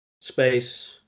space